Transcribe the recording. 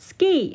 Ski